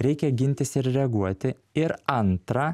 reikia gintis ir reaguoti ir antra